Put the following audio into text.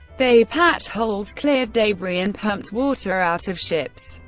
they patched holes, cleared debris, and pumped water out of ships.